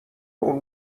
اون